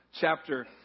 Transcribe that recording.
chapter